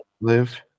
live